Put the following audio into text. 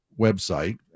website